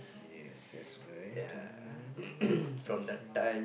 yes that's right uh maybe can say